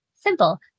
simple